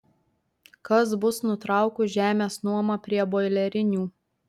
kas bus nutraukus žemės nuomą prie boilerinių